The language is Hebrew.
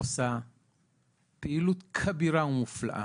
עושה פעילות כבירה ומופלאה.